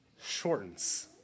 shortens